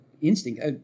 instinct